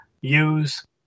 use